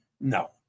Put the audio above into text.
No